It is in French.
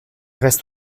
reste